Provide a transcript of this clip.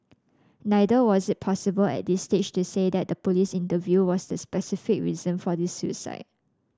neither was it possible at this stage to say that the police interview was the specific reason for his suicide